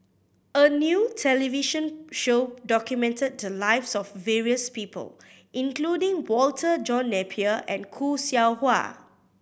a new television show documented the lives of various people including Walter John Napier and Khoo Seow Hwa